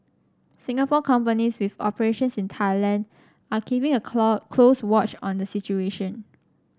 Singapore companies with operations in Thailand are keeping a close watch on the situation